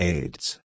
Aids